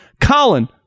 Colin